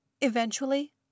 Eventually